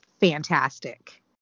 fantastic